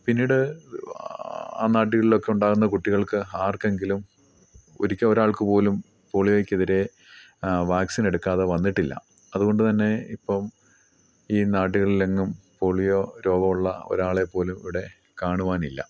പിന്നീട് ആ നാടുകളിൽ ഒക്കെ ഉണ്ടാകുന്ന കുട്ടികൾക്ക് ആർക്കെങ്കിലും ഒരിക്കൽ ഒരാൾക്ക് പോലും പോളിയോയ്ക്ക് എതിരെ ആ വാക്സിൻ എടുക്കാതെ വന്നിട്ടില്ല അതുകൊണ്ട് തന്നെ ഇപ്പം ഈ നാട്ടുകളിൽ എങ്ങും പോളിയോ രോഗമുള്ള ഒരാളെ പോലും ഇവിടെ കാണുവാനില്ല